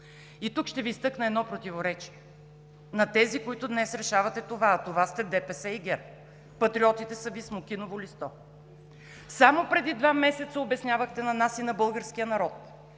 Тук ще Ви изтъкна едно противоречие – на тези, които днес решавате това, а това сте ДПС и ГЕРБ, Патриотите са Ви смокиново листо. Само преди два месеца обяснявахте на нас и на българския народ,